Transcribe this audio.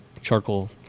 charcoal